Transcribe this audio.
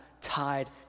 tied